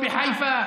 בחיפה,